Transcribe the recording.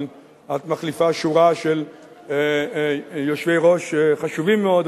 אבל את מחליפה שורה של יושבי-ראש חשובים מאוד,